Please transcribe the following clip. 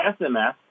SMS